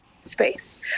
space